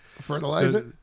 Fertilizer